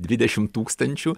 dvidešim tūkstančių